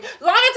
Lana